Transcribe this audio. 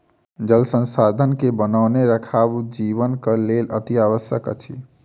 जल संसाधन के बनौने राखब जीवनक लेल अतिआवश्यक अछि